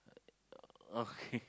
uh uh okay